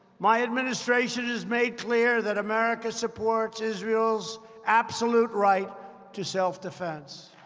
my administration has made clear that america supports israel's absolute right to self-defense.